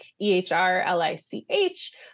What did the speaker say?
E-H-R-L-I-C-H